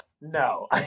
No